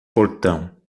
portão